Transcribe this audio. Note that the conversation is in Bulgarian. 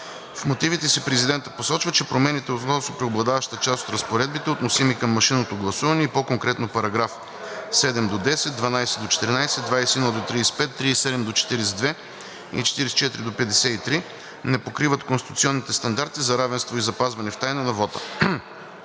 В мотивите си президентът посочва, че промените относно преобладаващата част от разпоредбите, относими към машинното гласуване и по-конкретно § 7 – 10, § 12 – 14, § 21 – 35, § 37 – 42 и § 44 – 53, не покриват конституционните стандарти за равенство и запазване в тайна на вота.